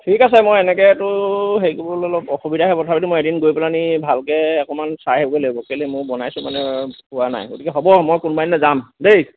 ঠিক আছে মই এনেকৈতো হেৰি কৰিবলৈ অলপ অসুবিধাই হ'ব তথাপিতো মই এদিন গৈ পেলাই নি ভালকৈ অকণমান চাই আহিব লাগিব কেলৈ মই বনাইছোঁ মানে হোৱা নাই গতিকে হ'ব মই কোনোবা এদিনা যাম দেই